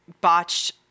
botched